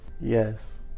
Yes